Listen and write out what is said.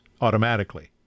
automatically